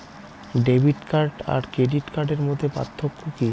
Debit card আর credit কার্ডের মধ্যে পার্থক্য কি?